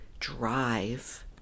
drive